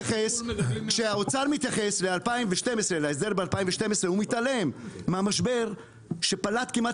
כשהאוצר מתייחס להסדר ב-2012 הוא מתעלם מהמשבר שפלט כמעט